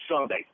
Sunday